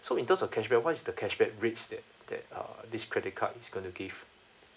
so in terms of cashback what is the cashback rates that that uh this credit card is going to give